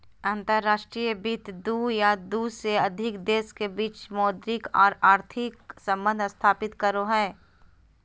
अंतर्राष्ट्रीय वित्त दू या दू से अधिक देश के बीच मौद्रिक आर आर्थिक सम्बंध स्थापित करो हय